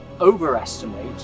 overestimate